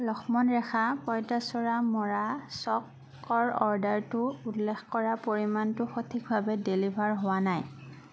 লক্ষ্মণ ৰেখা পঁইতাচৰাই মৰা চ'কৰ অৰ্ডাৰটোত উল্লেখ কৰা পৰিমাণটো সঠিকভাৱে ডেলিভাৰ হোৱা নাই